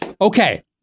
okay